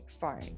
phone